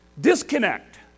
Disconnect